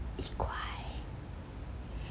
一块